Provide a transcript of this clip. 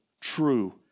true